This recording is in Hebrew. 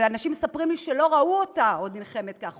אנשים מספרים לי שלא ראו אותה עוד נלחמת כך,